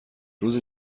روز